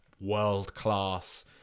world-class